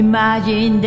Imagine